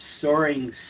soaring